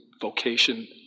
vocation